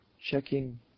checking